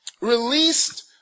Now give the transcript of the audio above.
released